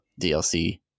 DLC